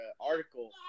article